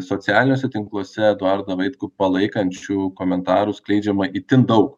socialiniuose tinkluose eduardą vaitkų palaikančių komentarų skleidžiama itin daug